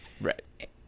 Right